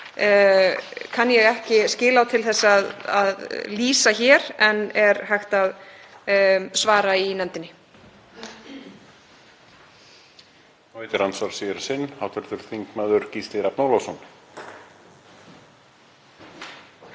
kann ég ekki skil á til að lýsa hér en því er hægt að svara í nefndinni.